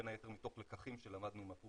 בין היתר מתוך לקחים שלמדנו מה- proof